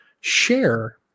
share